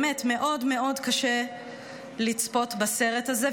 באמת מאוד מאוד קשה לצפות בסרט הזה,